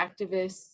activists